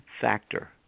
factor